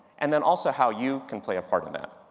and then also how you can play a part in that.